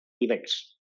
events